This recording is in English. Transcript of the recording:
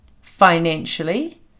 financially